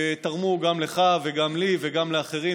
שתרמו גם לך וגם לי וגם לאחרים,